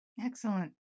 Excellent